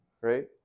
right